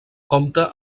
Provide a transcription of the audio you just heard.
compta